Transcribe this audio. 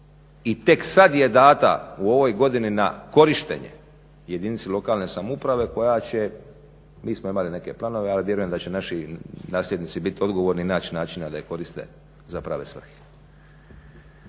I tek sada je dana u ovoj godini na korištenje jedinici lokalne samouprave koja će mi smo imali neke planove ali vjerujem da će naši nasljednici biti odgovorni i naći načina da je koriste za prave svrhe.